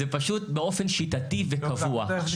זה פשוט באופן שיטתי וקבוע.